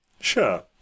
Sure